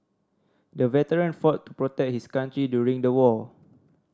the veteran fought to protect his country during the war